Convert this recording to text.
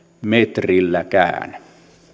metrilläkään